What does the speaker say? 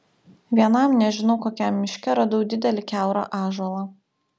vienam nežinau kokiam miške radau didelį kiaurą ąžuolą